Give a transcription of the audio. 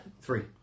Three